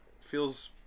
feels